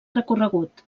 recorregut